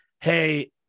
hey